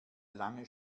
lange